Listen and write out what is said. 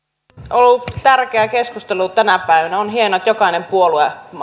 ollut tärkeä keskustelu tänä päivänä on hienoa että jokainen puolue